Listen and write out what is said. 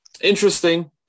interesting